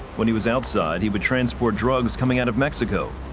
when he was outside, he would transport drugs coming into mexico,